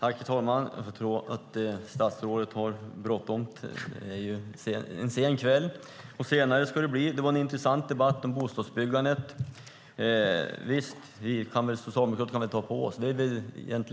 Herr talman! Jag får tro att statsrådet har bråttom. Det är ju en sen kväll, och senare ska den bli. Det var en intressant debatt om bostadsbyggandet.